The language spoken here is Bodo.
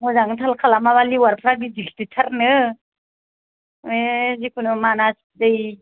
मोजाङै थाल खालामाबा लेउयातफ्रा गिदिर गिदिरथारनो बे जिखुनु मानास दै